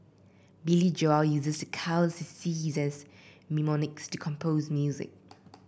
Billy Joel uses the colours he sees as mnemonics to compose music